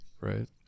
Right